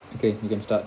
okay you can start